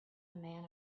man